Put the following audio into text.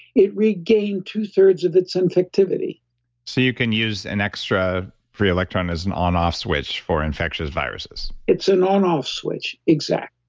it regained two-thirds of its infectivity so, you can use an extra free electron as an on off switch for infectious viruses? it's an on off switch. exact.